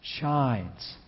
shines